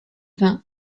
vingt